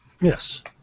Yes